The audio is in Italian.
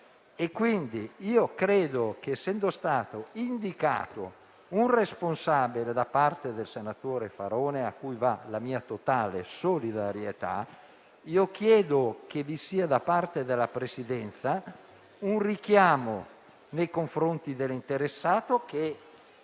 Quindi, essendo stato indicato un responsabile da parte del senatore Faraone, cui va la mia totale solidarietà, io chiedo che vi sia, da parte della Presidenza, un richiamo nei confronti dell'interessato,